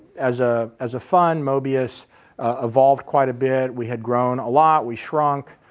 as ah as a fund mobius evolved quite a bit, we had grown a lot, we shrunk,